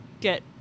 get